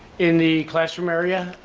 in the classroom area,